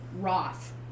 Roth